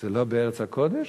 זה לא בארץ הקודש?